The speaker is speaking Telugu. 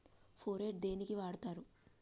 ఫోరెట్ దేనికి వాడుతరు?